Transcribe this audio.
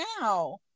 now